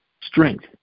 strength